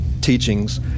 teachings